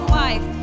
life